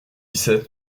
sait